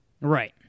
Right